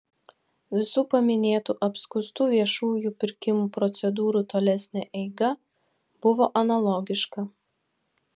visų paminėtų apskųstų viešųjų pirkimų procedūrų tolesnė eiga buvo analogiška